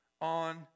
on